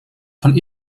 von